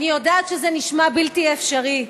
אני יודעת שזה נשמע בלתי אפשרי.